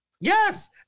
yes